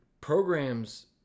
programs